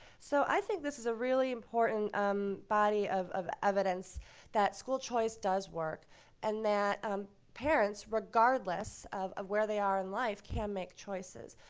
so i think this is a really important um body of of evidence that school choice does work and that um parents, regardless of of where they are in life, can make choices.